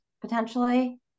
potentially